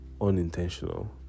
unintentional